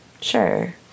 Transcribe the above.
Sure